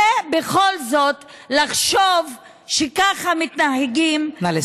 ובכל זאת לחשוב שככה מתנהגים, נא לסיים.